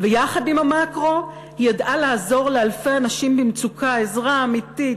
ויחד עם המקרו היא ידעה לעזור לאלפי אנשים במצוקה עזרה אמיתית,